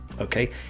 okay